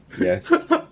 Yes